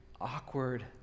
awkward